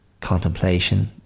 contemplation